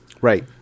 Right